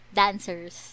dancers